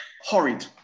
Horrid